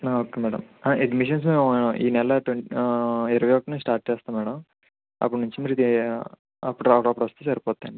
okay madam ఆ admissions ఆ ఈ నెలలో ట్వంటీ ఆ ఇరవై ఒకటి నుంచి స్టార్ట్ చేస్తాం మేడం అప్పటి నుంచి మీ అప్పుడు రావడం అప్పుడు వస్తే సరిపోతుంది అండి